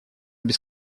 без